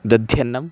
दध्यन्नम्